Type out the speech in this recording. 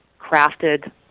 crafted